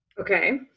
Okay